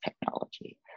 technology